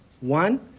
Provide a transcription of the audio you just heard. One